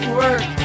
work